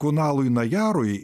kunalui najarui